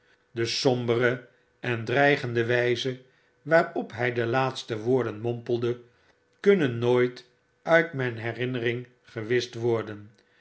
de sombere en dreigende wyzewaarophy de laatste woorden mompelde kunnen nooit uit myn herinnering gewischt worden